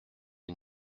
une